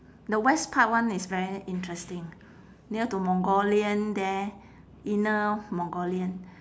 the west part one is very interesting near to mongolian there inner mongolian